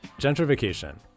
gentrification